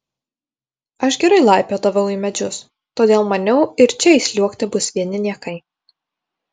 aš gerai laipiodavau į medžius todėl maniau ir čia įsliuogti bus vieni niekai